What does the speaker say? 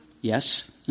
yes